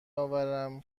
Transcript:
آورم